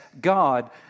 God